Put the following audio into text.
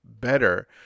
better